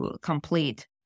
complete